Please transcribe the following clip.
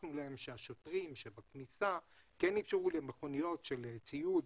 הוכחנו להם שהשוטרים שבכניסה כן אפשרו למכוניות של ציוד,